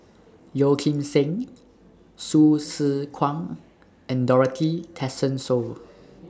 Yeo Kim Seng Hsu Tse Kwang and Dorothy Tessensohn